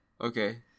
Okay